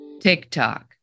TikTok